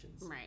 Right